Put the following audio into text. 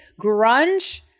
grunge